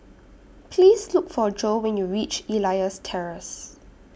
Please Look For Joe when YOU REACH Elias Terrace